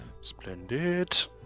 Splendid